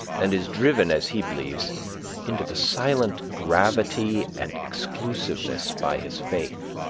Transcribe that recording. and is driven as he believes into the silent gravity and exclusiveness by his faith,